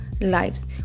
lives